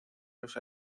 los